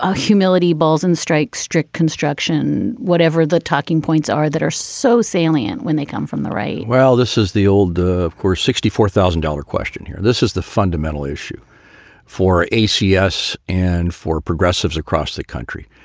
ah humility, balls and strikes, strict construction, whatever the talking points are that are so salient when they come from the right well, this is the old the core sixty four thousand dollars question here. this is the fundamental issue for ac us and for progressives across the country.